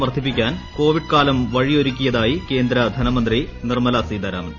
വർദ്ധിപ്പിക്കാൻ കോവിഡ് കാലം പ്പഴിച്ചുയാരുക്കിയതായി കേന്ദ്ര ധനമന്ത്രി നിർമ്മലാ സീതാരാമ്നർ